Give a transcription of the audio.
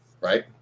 right